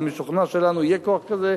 אני משוכנע שלנו יהיה כוח כזה,